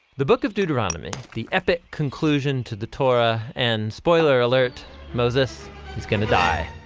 the book of deuteronomy the epic conclusion to the torah and. spoiler alert moses is going to die!